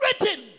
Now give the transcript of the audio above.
written